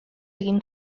egin